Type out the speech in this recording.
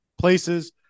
places